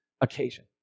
occasion